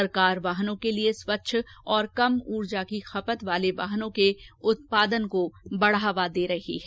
सरकार वाहनों के लिए स्वच्छ और कम ऊर्जा की खपत वाले वाहनों के उत्पादन को बढ़ावा दे रही है